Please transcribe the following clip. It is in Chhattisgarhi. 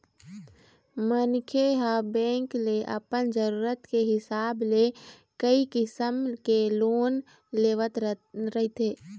मनखे ह बेंक ले अपन जरूरत के हिसाब ले कइ किसम के लोन लेवत रहिथे